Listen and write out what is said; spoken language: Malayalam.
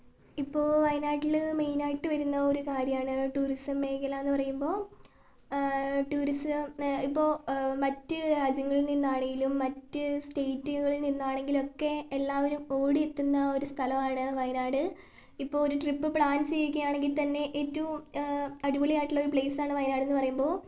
ഇപ്പൊൾ വയനാട്ടില് മെയിനായിട്ടു വരുന്ന ഒരു കാര്യാണ് ടൂറിസം മേഖലാന്ന് പറയുമ്പോൾ ടൂറിസം ഇപ്പം മറ്റ് രാജ്യങ്ങളിൽ നിന്നാണെങ്കിലും മറ്റ് സ്റ്റേറ്റുകളിൽ നിന്നാണെങ്കിലും ഒക്കെ എല്ലാവരുംഓടി എത്തുന്ന ഒരു സ്ഥലമാണ് വയനാട് ഇപ്പോൾ ഒരു ട്രിപ്പ് പ്ലാൻ ചെയ്യുകയാണെങ്കിൽ തന്നെ ഏറ്റവും അടിപൊളിയായിട്ടുള്ള പ്ലെയിസാണ് വയനാട് എന്ന് പറയുമ്പോൾ